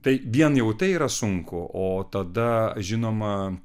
tai vien jau tai yra sunku o tada žinoma